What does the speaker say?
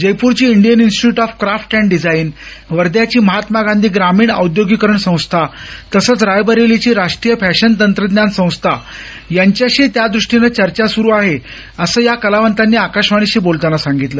जयप्रची Indian Institute of Craft and Design वध्याची महात्मा गांधी ग्रामीण औद्योगिकरण संस्था तसंच रायबरेलीची राष्ट्रीय फॅशन तंत्रज्ञान संस्था यांच्याशीही या दृष्टीनं चर्चा सुरु आहे असं या कलावंतांनी आकाशवाणीशी बोलताना सांगितलं